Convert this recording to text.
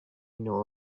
know